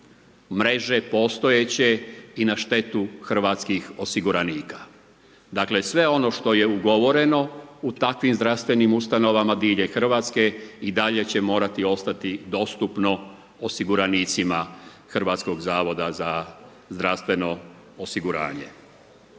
mreže postojeće i na štetu hrvatskih osiguranika. Dakle sve ono što je ugovoreno u takvim zdravstvenim ustanovama diljem Hrvatske, i dalje će morati ostati dostupno osiguranicima HZZO-a. I na kraju, uspjeli